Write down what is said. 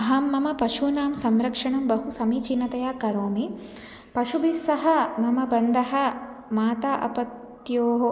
अहं मम पशूनां संरक्षणं बहु समीचीनतया करोमि पशुभिः सह मम बन्धः मातृ अपत्ययोः